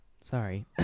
sorry